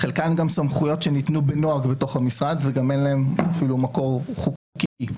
חלקן גם סמכויות שניתנו בנוהג בתוך המשרד וגם אין להן אפילו מקור חוקי.